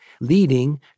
leading